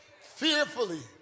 Fearfully